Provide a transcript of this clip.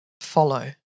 Follow